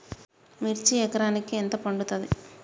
మిర్చి ఎకరానికి ఎంత పండుతది?